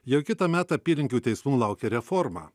jau kitąmet apylinkių teismų laukia reforma